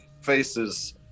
faces